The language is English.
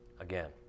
Again